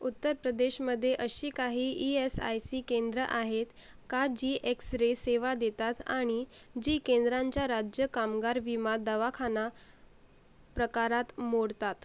उत्तर प्रदेशमध्ये अशी काही ई यस आय सी केंद्रं आहेत का जी एक्सरे सेवा देतात आणि जी केंद्रांच्या राज्य कामगार विमा दवाखाना प्रकारात मोडतात